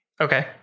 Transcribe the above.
Okay